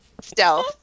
stealth